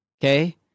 okay